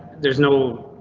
there's no,